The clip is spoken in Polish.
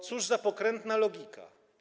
Cóż za pokrętna logika.